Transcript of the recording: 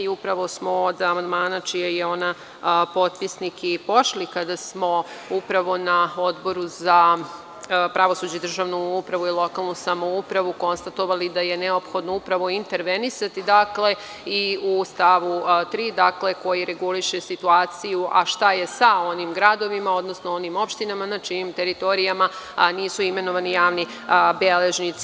Upravo smo od amandmana čiji je ona potpisnik i pošli kada smo upravo na Odboru za pravosuđe, državnuupravu i lokalnu samoupravu konstatovali da je neophodno upravo intervenisati, dakle, i u stavu 3, koji reguliše situaciju – a šta je sa onim gradovima, odnosno onim opštinama na čijim teritorijama nisu imenovani javni beležnici.